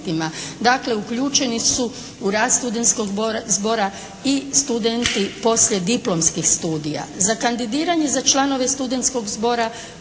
Dakle, uključeni su u rad studentskog zbora i studenti poslije diplomskih studija. Za kandidiranje za članove studentskog zbora